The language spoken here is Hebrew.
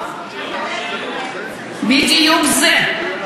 בדיוק זה.